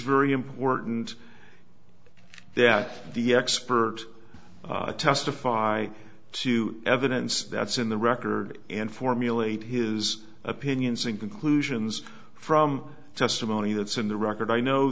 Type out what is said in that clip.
very important that the expert testify to evidence that's in the record and formulate his opinions and conclusions from testimony that's in the record i know